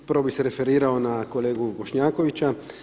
Prvo bih se referirao na kolegu Bošnjakovića.